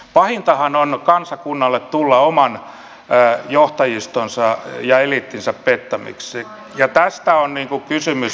pahintahan kansakunnalle on tulla oman johtajistonsa ja eliittinsä pettämäksi ja tästä on kysymys